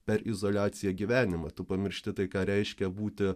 per izoliaciją gyvenimą tu pamiršti tai ką reiškia būti